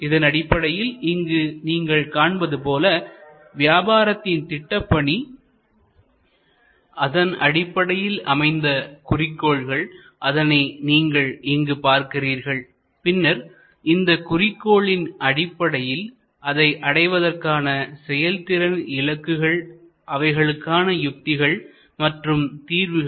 இதனடிப்படையில் இங்கு நீங்கள் காண்பது போல வியாபாரத்தின் திட்டப்பணி அதன் அடிப்படையில் அமைந்த குறிக்கோள்கள் அதனை நீங்கள் இங்கு பார்க்கிறீர்கள் பின்னர் இந்த குறிக்கோளின் அடிப்படையில் அதை அடைவதற்கான செயல்திறன் இலக்குகள் அவைகளுக்கான யுக்திகள் மற்றும் தீர்வுகள்